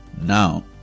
now